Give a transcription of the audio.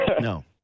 no